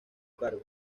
cargo